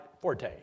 forte